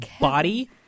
body